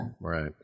Right